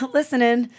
Listening